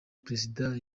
perezida